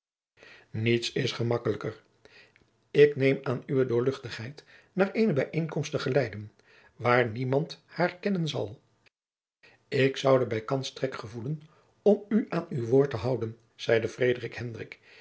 niets is gemakkelijker ik neem aan uwe d jacob van lennep de pleegzoon naar eene bijeenkomst te geleiden waar niemand haar kennen zal ik zoude bijkans trek gevoelen om u aan uw woord te houden zeide